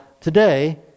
today